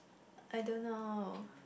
I don't know